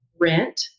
rent